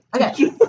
Okay